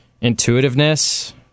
intuitiveness